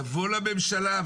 יבוא לממשלה.